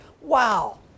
Wow